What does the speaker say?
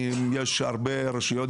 יש הרבה רשויות,